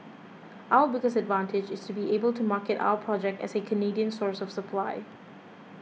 our biggest advantage is to be able to market our project as a Canadian source of supply